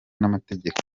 n’amategeko